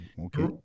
okay